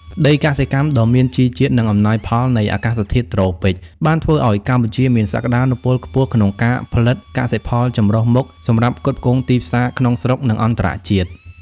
ដីកសិកម្មដ៏មានជីជាតិ និងអំណោយផលនៃអាកាសធាតុត្រូពិក បានធ្វើឱ្យកម្ពុជាមានសក្ដានុពលខ្ពស់ក្នុងការផលិតកសិផលចម្រុះមុខសម្រាប់ផ្គត់ផ្គង់ទីផ្សារក្នុងស្រុក និងអន្តរជាតិ។